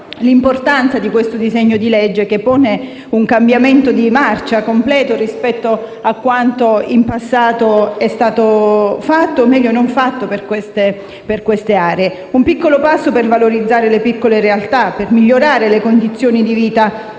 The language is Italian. l'importanza del disegno di legge in esame, che pone un cambiamento di marcia completo rispetto a quanto in passato è stato fatto (o meglio non fatto) per queste aree. Si tratta di un piccolo passo per valorizzare le piccole realtà, per migliorare le condizioni di vita